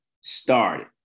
started